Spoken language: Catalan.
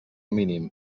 mínim